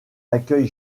accueil